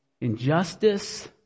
injustice